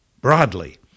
broadly